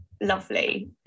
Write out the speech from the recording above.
lovely